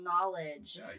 knowledge